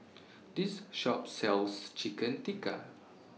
This Shop sells Chicken Tikka